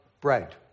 bread